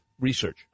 research